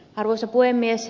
arvoisa puhemies